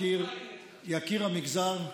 יקיר המגזר.